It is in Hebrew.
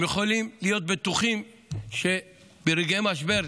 הם יכולים להיות בטוחים שברגעי משבר,